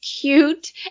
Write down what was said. cute